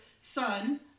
son